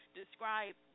describe